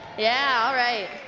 yeah all right.